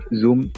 zoom